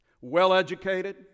well-educated